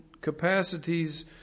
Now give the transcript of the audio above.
capacities